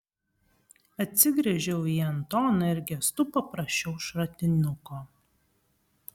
atsigręžiau į antoną ir gestu paprašiau šratinuko